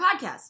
podcast